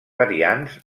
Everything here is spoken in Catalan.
variants